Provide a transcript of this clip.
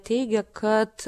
teigė kad